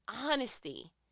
honesty